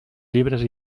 llibres